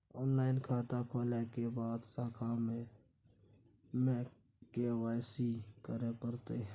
Online खाता खोलै के बाद शाखा में के.वाई.सी करे परतै की?